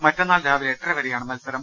മറ്റന്നാൾ രാവിലെ എട്ടരവരെയാണ് മത്സ രം